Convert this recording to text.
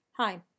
Hi